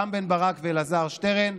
רם בן ברק ואלעזר שטרן,